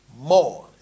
more